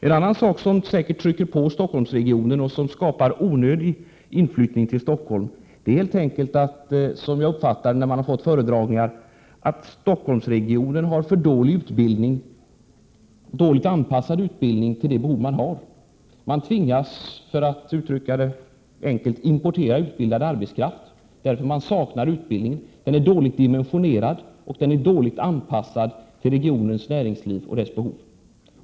Ett annat förhållande som säkert leder till ett tryck på Stockholmsregionen och som skapar en onödig inflyttning till Stockholm är helt enkelt — jag har uppfattat det så vid föredragningar — att Stockholmsregionen erbjuder för dåligt anpassad utbildning till de behov som föreligger. Man tvingas, för att uttrycka det enkelt, importera utbildad arbetskraft, eftersom utbildningsmöjligheter saknas. Utbildningen är dåligt dimensionerad och dåligt anpassad till regionens näringsliv och dess behov.